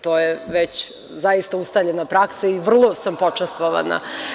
To je već zaista ustaljena praksa i vrlo sam počastvovana.